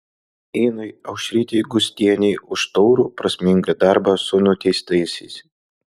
inai aušrytei gustienei už taurų prasmingą darbą su nuteistaisiais